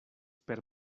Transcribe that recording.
per